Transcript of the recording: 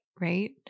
right